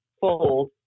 Fold